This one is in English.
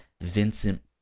Vincent